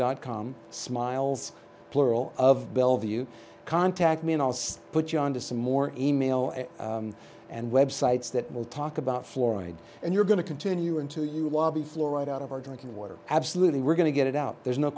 dot com smiles plural of bellevue contact me and i'll stay put you on to some more e mail and websites that will talk about fluoride and you're going to continue until you lobby fluoride out of our drinking water absolutely we're going to get it out there's no